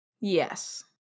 Yes